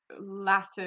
latter